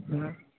ନା